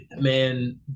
man